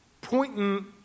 pointing